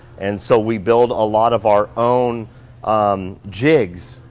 and so we build a lot of our own um jigs.